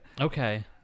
Okay